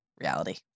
reality